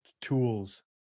tools